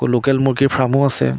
আকৌ লোকেল মূৰ্গীৰ ফাৰ্মো আছে